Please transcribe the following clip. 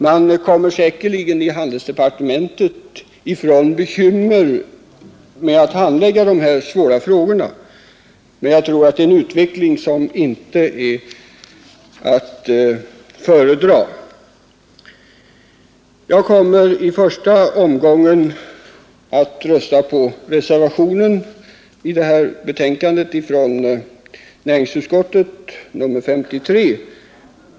Man kommer säkerligen i handelsdepartementet ifrån bekymmer att handlägga dessa svåra frågor, men jag tror det är en utveckling som inte är att föredra. Jag kommer i första omgången att rösta på reservationen i näringsutskottets betänkande nr 53.